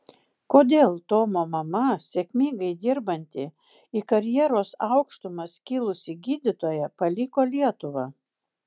kodėl tomo mama sėkmingai dirbanti į karjeros aukštumas kilusi gydytoja paliko lietuvą